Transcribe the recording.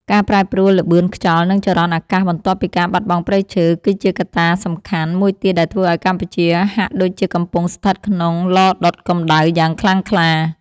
ការប្រែប្រួលល្បឿនខ្យល់ និងចរន្តអាកាសបន្ទាប់ពីការបាត់បង់ព្រៃឈើ គឺជាកត្តាសំខាន់មួយទៀតដែលធ្វើឱ្យកម្ពុជាហាក់ដូចជាកំពុងស្ថិតក្នុងឡដុតកម្ដៅយ៉ាងខ្លាំងក្លា។